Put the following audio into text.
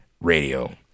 Radio